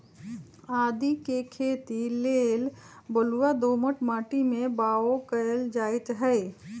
आदीके खेती लेल बलूआ दोमट माटी में बाओ कएल जाइत हई